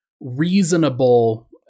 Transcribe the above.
reasonable